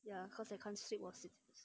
ya cause I can't sleep while sitti~